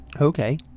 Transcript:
Okay